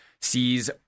sees